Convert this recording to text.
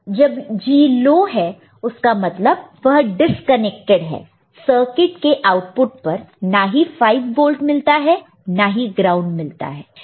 जब G low है उसका मतलब वह डिस्कनेक्टेड है सर्किट के आउटपुट पर ना ही 5 वोल्ट मिलता है ना ही ग्राउंड मिलता है